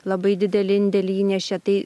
labai didelį indėlį įnešė tai